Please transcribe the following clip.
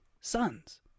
sons